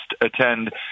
attend